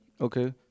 Okay